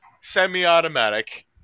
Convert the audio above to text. semi-automatic